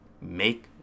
make